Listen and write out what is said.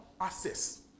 access